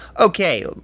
Okay